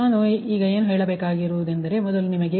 ಆದ್ದರಿಂದ ಇವು J1ನ ಆಫ್ ಕರ್ಣೀಯ ಅಂಶಗಳಾಗಿವೆ ಇದು 58 ನೇ ಸಮೀಕರಣವಾಗಿದೆ